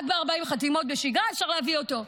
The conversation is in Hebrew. רק ב-40 חתימות בשגרה אפשר להביא אותו.